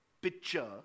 picture